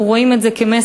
אנחנו רואים את זה כמסר,